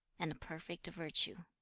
and perfect virtue.